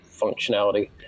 functionality